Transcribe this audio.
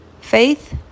Faith